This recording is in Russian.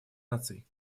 наций